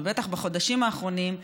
ובטח בחודשים האחרונים,